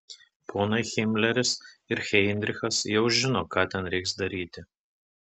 ponai himleris ir heidrichas jau žino ką ten reiks daryti